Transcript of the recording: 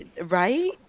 right